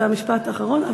זה המשפט האחרון.